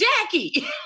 Jackie